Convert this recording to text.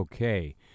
Okay